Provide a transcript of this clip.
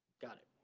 got it.